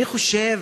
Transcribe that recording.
אני חושב,